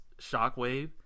Shockwave